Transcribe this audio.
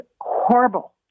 horrible